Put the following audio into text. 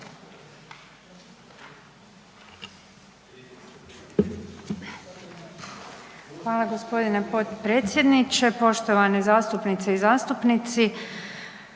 Hvala g. potpredsjedniče, poštovane zastupnice i zastupnici.